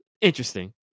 interesting